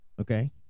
okay